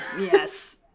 Yes